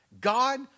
God